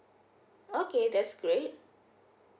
okay that's great